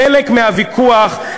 חלק מהוויכוח,